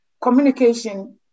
communication